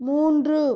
மூன்று